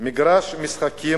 מגרש משחקים